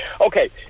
okay